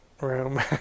room